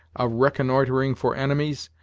of reconnoitering for enemies,